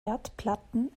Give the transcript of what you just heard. erdplatten